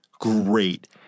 great